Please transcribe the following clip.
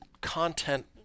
content